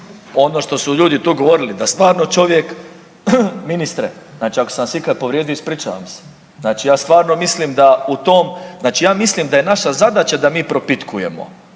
ono što su ljudi tu govorili da stvarno čovjek, ministre znači ako sam vas ikad povrijedio ispričavam se. Znači ja stvarno mislim da u tom, znači ja mislim